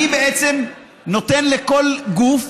אני בעצם נותן לכל גוף